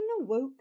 awoke